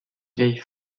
vieilles